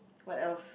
what else